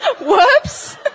Whoops